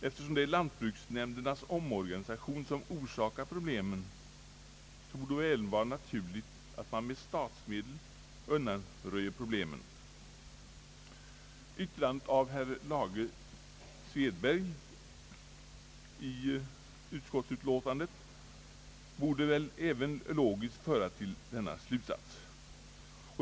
Eftersom det är lantbruksnämndernas omorganisation som orsakat problemen, borde det då ha varit naturligt att man med statsmedel undanröjt svårigheterna. Yttrandet av herr Lage Svedberg vid utskottets utlåtande borde väl även logiskt föra till denna slutsats.